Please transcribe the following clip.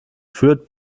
führt